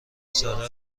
ساده